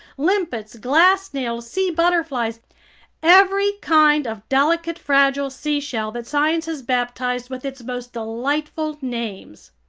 limpets, glass snails, sea butterflies every kind of delicate, fragile seashell that science has baptized with its most delightful names.